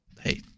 hey